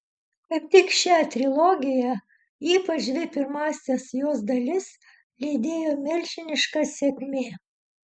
kaip tik šią trilogiją ypač dvi pirmąsias jos dalis lydėjo milžiniška sėkmė